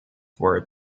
were